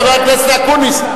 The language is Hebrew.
חבר הכנסת אקוניס,